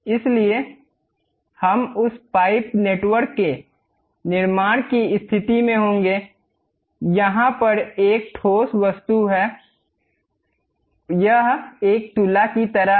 इसलिए हम उस पाइप नेटवर्क के निर्माण की स्थिति में होंगे यहाँ यह एक ठोस वस्तु है यह एक तुला की तरह है